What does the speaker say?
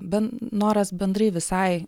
ben noras bendrai visai